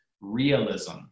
realism